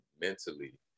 mentally